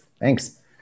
Thanks